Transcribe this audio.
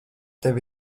tev